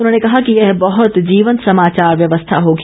उन्होंने कहा कि यह बहुत जीवंत समाचार व्यवस्था होगी